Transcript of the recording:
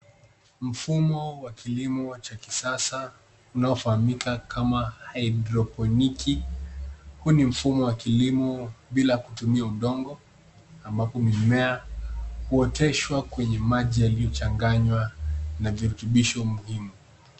Mfumo wa kilimo cha kisasa unaofahamika kama hydroponic . Huu ni mfumo wa kilimo bila kutumia udongo, ambapo mimea huoteshwa kwa maji yaliyochanganywa na virutubisho muhimu.